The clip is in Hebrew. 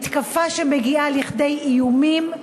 מתקפה שמגיעה כדי איומים,